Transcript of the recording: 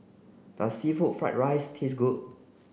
does seafood fried rice taste good